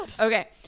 Okay